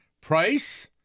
Price